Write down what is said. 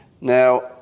Now